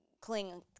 cling